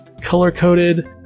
color-coded